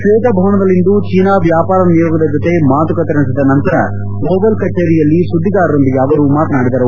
ಶ್ನೇತ ಭವನದಲ್ಲಿಂದು ಚೀನಾ ವ್ಲಾಪಾರ ನಿಯೋಗದ ಜೊತೆ ಮಾತುಕತೆ ನಡೆಸಿದ ನಂತರ ಓವಲ್ ಕಚೇರಿಯಲ್ಲಿ ಸುದ್ದಿಗಾರರೊಂದಿಗೆ ಅವರು ಮಾತನಾಡಿದರು